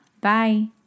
Bye